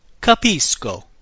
Capisco